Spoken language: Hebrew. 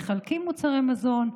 מחלקים מוצרי מזון,